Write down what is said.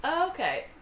Okay